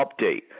update